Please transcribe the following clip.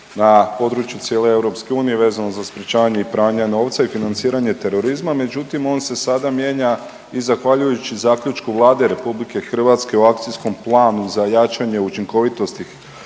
na području cijele EU vezano za sprječavanje i pranja novca i financiranje terorizma, međutim on se sada mijenja i zahvaljujući zaključku Vlade RH u Akcijskom planu za jačanje učinkovitosti